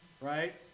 Right